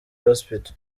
hospital